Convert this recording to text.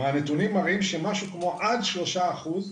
הנתונים מראים שעד שלושה אחוז,